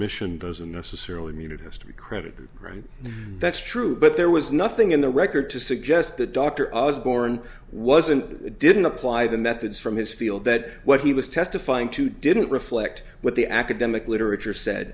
admission doesn't necessarily mean it has to be credited right that's true but there was nothing in the record to suggest the doctor was born wasn't it didn't apply the methods from his field that what he was testifying to didn't reflect what the academic literature said